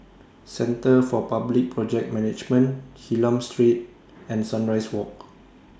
Centre For Public Project Management Hylam Street and Sunrise Walk